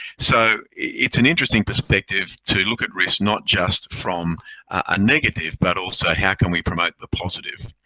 so it's an interesting perspective to look at risk not just from a negative but also how can we promote the positive.